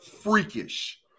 freakish